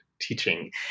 teaching